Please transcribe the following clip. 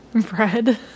bread